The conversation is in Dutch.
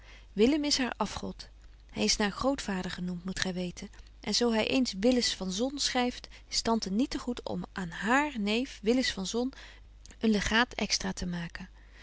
willem is haar afgod hy is naar grootvabetje wolff en aagje deken historie van mejuffrouw sara burgerhart der genoemt moet gy weten en zo hy eens willis van zon schryft is tante niet te goed om aan haar neef willis van zon een legaat extra te maken